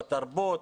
בתרבות,